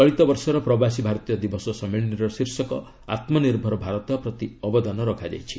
ଚଳିତ ବର୍ଷର ପ୍ରବାସୀ ଭାରତୀୟ ଦିବସ ସମ୍ମିଳନୀର ଶୀର୍ଷକ ଆତ୍ମନିର୍ଭର ଭାରତ ପ୍ରତି ଅବଦାନ ରଖାଯାଇଛି